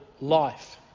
life